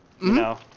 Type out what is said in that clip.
No